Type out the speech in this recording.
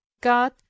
God